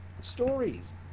Stories